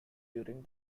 during